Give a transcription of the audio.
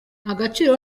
agaciro